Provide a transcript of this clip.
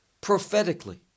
prophetically